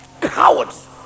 Cowards